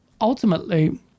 ultimately